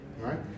right